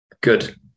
Good